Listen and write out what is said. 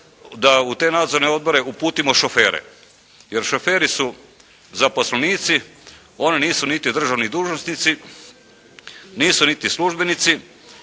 da u te nadzorne odbore uputimo šofere, jer šoferi su zaposlenici, oni nisu niti državni dužnosnici, nisu niti službenici